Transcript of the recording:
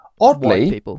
oddly